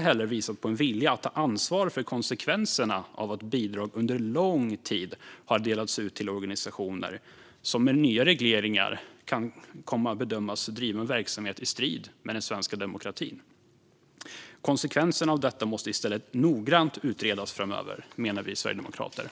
heller inte visat på någon vilja att ta ansvar för konsekvenserna av att bidrag under lång tid har delats ut till organisationer som enligt nya regleringar kan bedömas driva en verksamhet i strid med den svenska demokratin. Konsekvenserna av detta måste noggrant utredas framöver, menar Sverigedemokraterna.